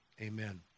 Amen